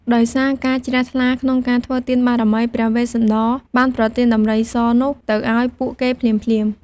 ដោយសាការជ្រះថ្លាក្នុងការធ្វើទានបារមី ព្រះវេស្សន្តរបានប្រទានដំរីសនោះទៅឱ្យពួកគេភ្លាមៗ។